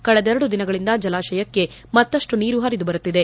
ಕಳೆದೆರಡು ದಿನಗಳಿಂದ ಜಲಾಶಯಕ್ಕೆ ಮತ್ತಷ್ಟು ನೀರು ಹರಿದು ಬರುತ್ತಿದೆ